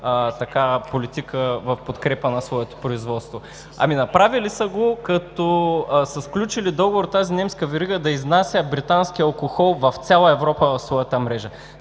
политика в подкрепа на своите производства. Ами, направили са го като са сключили договор тази немска верига да изнася британски алкохол в цяла Европа в своята мрежа,